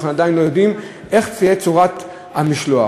ואנחנו לא יודעים: מה תהיה צורת המשלוח.